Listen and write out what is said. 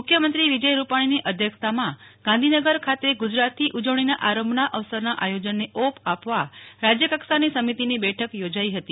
મુખ્યમંત્રી વિજય રૂપાણીની અધ્યક્ષતામાં ગાંધીનગર ખાતે ગુજરાતથી ઉજવણીના આરંભના અવસરના આયોજનને ઓપ આપવા રાજ્યકક્ષાની સમિતિની બેઠક યોજાઈ હતી